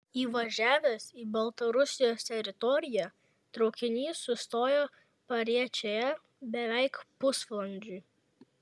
įvažiavęs į baltarusijos teritoriją traukinys sustoja pariečėje beveik pusvalandžiui